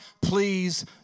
please